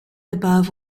above